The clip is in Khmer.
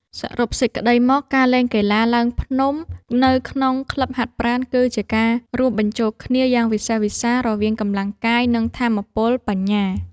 សរុបសេចក្ដីមក ការលេងកីឡាឡើងភ្នំនៅក្នុងក្លឹបហាត់ប្រាណ គឺជាការរួមបញ្ចូលគ្នាយ៉ាងវិសេសវិសាលរវាង កម្លាំងកាយ និងថាមពលបញ្ញា។